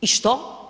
I što?